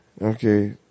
okay